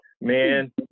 Man